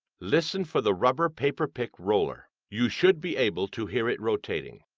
listen for the rubber paper-pick roller. you should be able to hear it rotating.